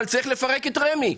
אבל צריך לפרק את רמ"י.